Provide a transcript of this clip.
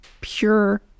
pure